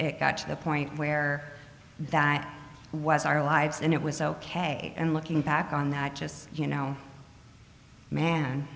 got to the point where that was our lives and it was ok and looking back on that just you know man